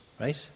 right